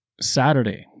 Saturday